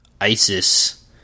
ISIS